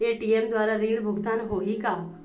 ATM द्वारा ऋण भुगतान होही का?